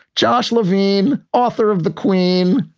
josh levine, author of the queen.